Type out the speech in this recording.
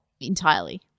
Entirely